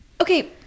Okay